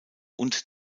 und